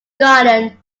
garden